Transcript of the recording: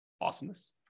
Awesomeness